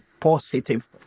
positive